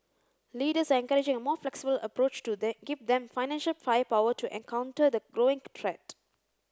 leaders are encouraging a more flexible approach to they give them financial firepower to and counter the growing threat